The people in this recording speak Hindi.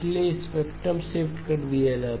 इसलिए स्पेक्ट्रल शिफ्टकर दिया गया